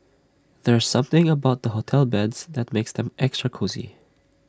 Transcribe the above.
there's something about hotel beds that makes them extra cosy